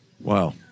Wow